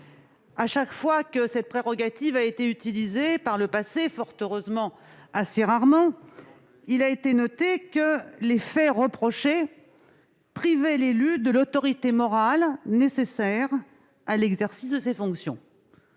Chaque fois que cette prérogative a été utilisée par le passé- de façon assez rare, fort heureusement -, il a été noté que les faits reprochés privaient l'élu de l'autorité morale nécessaire à l'exercice de ses fonctions.